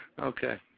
okay